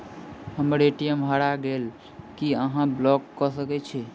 हम्मर ए.टी.एम हरा गेल की अहाँ ब्लॉक कऽ सकैत छी?